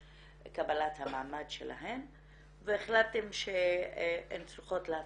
קבלת המעמד שלהן והחלטתן שהן צריכות להפסיק.